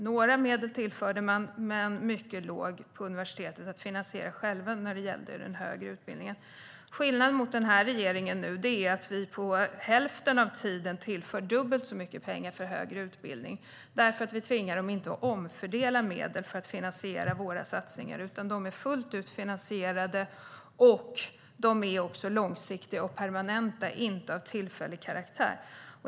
Några medel tillfördes, men mycket låg på universitetet att finansiera självt när det gällde den högre utbildningen. Skillnaden är att den här regeringen på hälften av tiden tillför dubbelt så mycket pengar för högre utbildning. Vi tvingar dem inte att omfördela medel för att finansiera våra satsningar, utan de är fullt ut finansierade. De är också långsiktiga och permanenta, inte av tillfällig karaktär.